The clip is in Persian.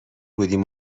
بودیم